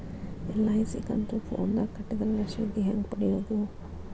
LIC ಕಂತು ಫೋನದಾಗ ಕಟ್ಟಿದ್ರ ರಶೇದಿ ಹೆಂಗ್ ಪಡೆಯೋದು?